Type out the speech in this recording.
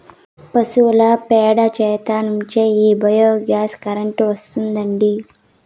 పశువుల పేడ చెత్త నుంచే ఈ బయోగ్యాస్ కరెంటు వస్తాండాది